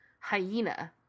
hyena